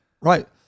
Right